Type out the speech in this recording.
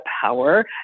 power